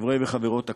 חברי וחברות הכנסת,